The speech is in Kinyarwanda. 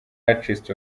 artist